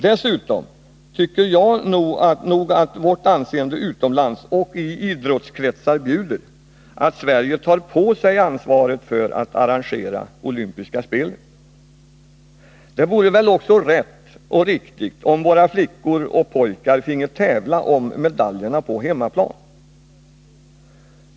Dessutom tycker jag nog att vårt anseende utomlands och i idrottskretsar bjuder att Sverige tar på sig ansvaret för att arrangera olympiska spel. Det vore väl också rätt och riktigt om våra flickor och pojkar finge tävla om medaljerna på hemmaplan.